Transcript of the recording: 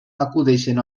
acudeixen